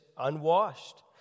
unwashed